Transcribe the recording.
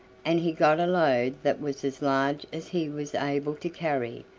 and he got a load that was as large as he was able to carry,